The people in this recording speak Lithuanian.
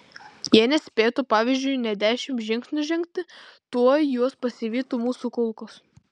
jie nespėtų pavyzdžiui nė dešimt žingsnių žengti tuoj juos pasivytų mūsų kulkos